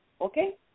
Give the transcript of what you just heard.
okay